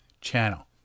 channel